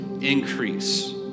increase